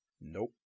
nope